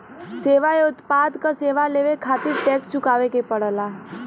सेवा या उत्पाद क सेवा लेवे खातिर टैक्स चुकावे क पड़ेला